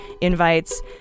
invites